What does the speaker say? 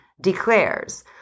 declares